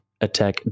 attack